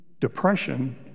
depression